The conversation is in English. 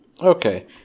Okay